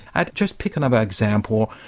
i'll just pick another example.